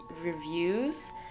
reviews